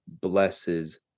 blesses